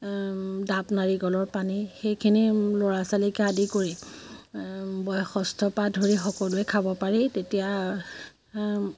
ডাব নাৰিকলৰ পানী সেইখিনি ল'ৰা ছোৱালীকে আদি কৰি বয়সষ্ঠ পৰা ধৰি সকলোৱে খাব পাৰি তেতিয়া